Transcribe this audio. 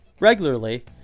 regularly